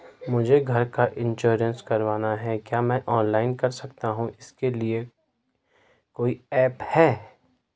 मुझे घर का इन्श्योरेंस करवाना है क्या मैं ऑनलाइन कर सकता हूँ इसके लिए कोई ऐप है?